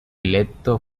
electo